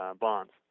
bonds